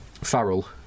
Farrell